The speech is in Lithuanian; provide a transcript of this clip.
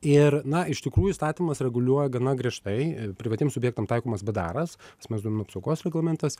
ir na iš tikrųjų įstatymas reguliuoja gana griežtai privatiem subjektam taikomas bdaras asmens duomenų apsaugos reglamentas